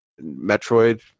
Metroid